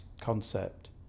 concept